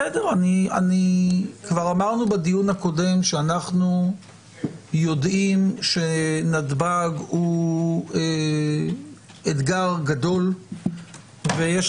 כבר אמרנו בדיון הקודם שאנחנו יודעים שנתב"ג הוא אתגר גדול ויש